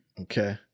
okay